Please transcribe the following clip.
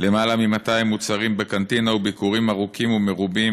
יותר מ-200 מוצרים בקנטינה וביקורים ארוכים ומרובים,